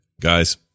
Guys